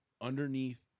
underneath